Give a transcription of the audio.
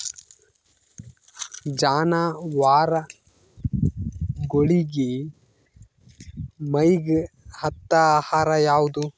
ಜಾನವಾರಗೊಳಿಗಿ ಮೈಗ್ ಹತ್ತ ಆಹಾರ ಯಾವುದು?